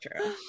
true